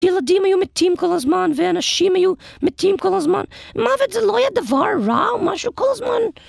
ילדים היו מתים כל הזמן, ואנשים היו מתים כל הזמן. מוות זה לא היה דבר רע או משהו כל הזמן